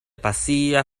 pasia